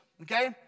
Okay